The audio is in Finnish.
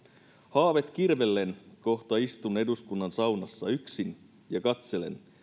haavet kirvellen kohta istun eduskunnan saunassa yksin ja katselen